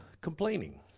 complaining